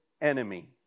enemy